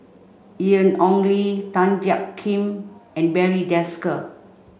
Ian Ong Li Tan Jiak Kim and Barry Desker